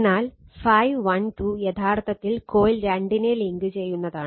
എന്നാൽ ∅12 യഥാർത്ഥത്തിൽ കോയിൽ 2 നെ ലിങ്ക് ചെയ്യുന്നതാണ്